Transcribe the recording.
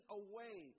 away